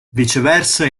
viceversa